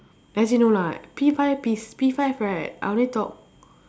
actually no lah P five P s~ P five right I only talk